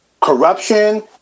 corruption